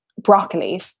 broccoli